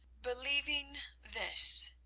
believing this,